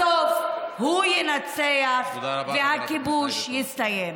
בסוף הוא ינצח והכיבוש יסתיים.